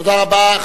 תודה רבה.